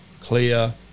Clear